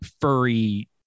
furry